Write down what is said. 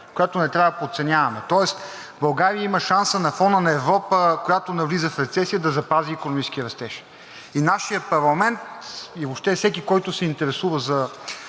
която не трябва да подценяваме. Тоест България има шанса на фона на Европа, която навлиза в рецесия, да запази икономически растеж. И нашият парламент, и въобще всеки, който се интересува за